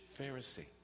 Pharisee